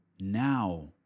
now